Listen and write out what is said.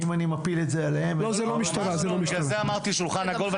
אם אני מפיל את זה עליהם --- לכן אמרתי שולחן עגול.